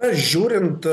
na žiūrint